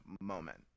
moment